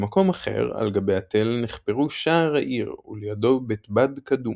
במקום אחר על גבי התל נחפרו שער העיר ולידו בית בד קדום.